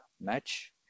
match